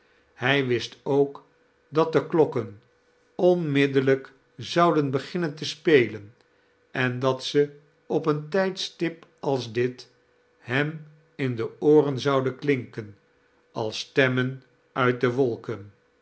hij wist ook dat de klokken onmiddellijk zouden beginnen te spelaa en dat ze op een tijdstip als dit hem in de ooren zouden klinken als stemmen uit de wolken